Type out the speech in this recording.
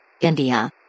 India